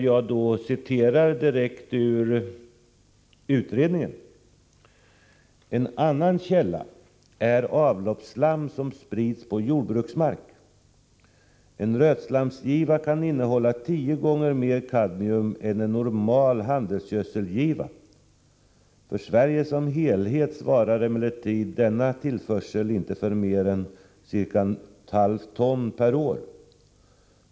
Jag citerar direkt ur utredningen: ”En annan källa är avloppsslam som sprids på jordbruksmark. En rötslamgiva kan innehålla tio gånger mer kadmium än en normal handelsgödselgiva. För Sverige som helhet svarar emellertid denna tillförsel inte för mer än ca 0,5 ton per år.